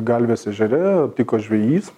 galvės ežere aptiko žvejys